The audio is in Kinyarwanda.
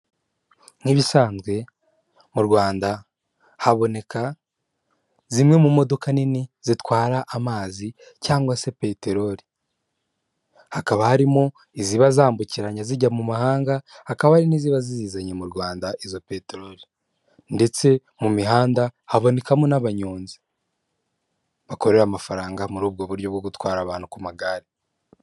Nk'ibisanzwe mu Rwanda haboneka zimwe mu modoka nini zitwara amazi cyangwa se peteroli, hakaba harimo iziba zambukiranya zijya mu mahanga hakaba ari n'iziba zizizanye mu Rwanda izo peteroli, ndetse mu mihanda habonekamo n'abanyonzi bakorera amafaranga muri ubwo buryo bwo gutwara abantu ku magare.